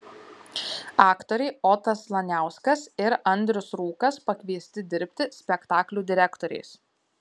aktoriai otas laniauskas ir audrius rūkas pakviesti dirbti spektaklių direktoriais